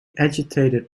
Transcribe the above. agitated